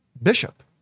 Bishop